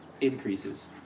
increases